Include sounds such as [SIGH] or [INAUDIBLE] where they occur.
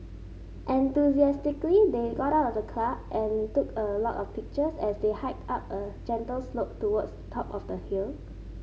enthusiastically they got out of the [UNINTELLIGIBLE] and took a lot of pictures as they hiked up a gentle slope towards the top of the hill